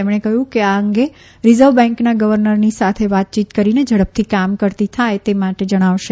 તેમણે કહ્યું કે આ અંગે રીઝર્વ બેન્કના ગવર્નરની સાથે વાતચીત કરીને ઝડપથી કામ કરતી થાય તે માટે જણાવશે